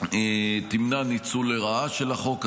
תמנע ניצול לרעה של החוק הזה.